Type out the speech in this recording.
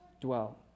dwell